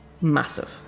massive